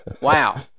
Wow